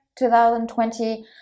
2020